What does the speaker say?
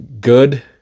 good